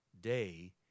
day